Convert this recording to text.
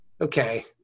Okay